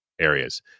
areas